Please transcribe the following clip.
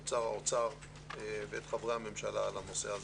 את שר האוצר ואת חברי הממשלה על הנושא הזה.